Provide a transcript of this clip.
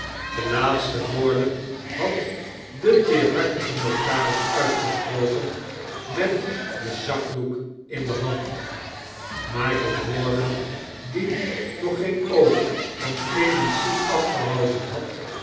de laatste woorden had de teerhartige notaris uiitgesproken met den zakddek in de hand michael warden die nog geen oog van clemency afgehouden had